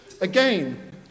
again